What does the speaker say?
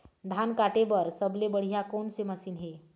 धान काटे बर सबले बढ़िया कोन से मशीन हे?